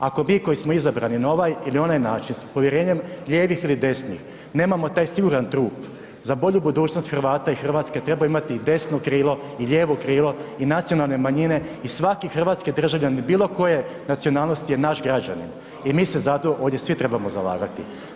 Ako mi koji smo izabrani na ovaj ili onaj način s povjerenjem lijevih ili desnih, nemamo taj siguran trup za bolju budućnost Hrvata i Hrvatske treba imati i desno krilo i lijevo krilo i nacionalne manjine i svaki hrvatski državljanin bilo koje nacionalnosti je naš građanin i mi se za to ovdje svi trebamo zalagati.